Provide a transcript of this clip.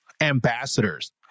ambassadors